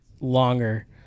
longer